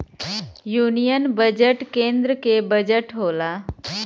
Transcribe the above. union budget केन्द्र के budget होला